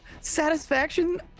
Satisfaction